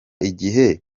igihe